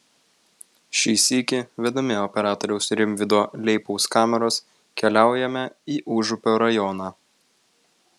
šį sykį vedami operatoriaus rimvydo leipaus kameros keliaujame į užupio rajoną